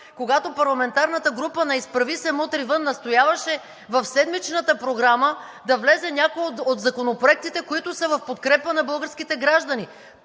когато парламентарната група на „Изправи се! Мутри вън!“ настояваше в седмичната програма да влезе някой от законопроектите, които са в подкрепа на българските граждани,